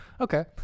Okay